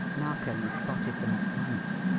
narkom spotted them at once,